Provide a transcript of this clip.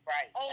Right